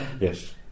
Yes